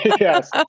Yes